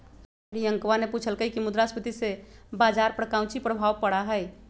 रियंकवा ने पूछल कई की मुद्रास्फीति से बाजार पर काउची प्रभाव पड़ा हई?